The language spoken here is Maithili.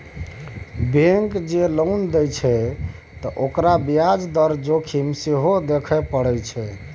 बैंक जँ लोन दैत छै त ओकरा ब्याज दर जोखिम सेहो देखय पड़ैत छै